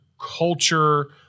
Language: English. culture